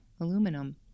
aluminum